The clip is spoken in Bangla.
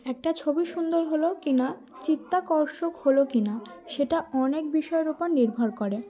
একটা ছবি সুন্দর হলো কি না চিত্তাকর্ষক হলো কি না সেটা অনেক বিষয়ের ওপর নির্ভর করে